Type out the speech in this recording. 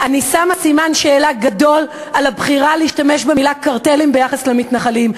אני שמה סימן-שאלה גדול על הבחירה להשתמש במילה קרטלים ביחס למתנחלים.